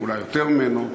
אולי יותר מעשור,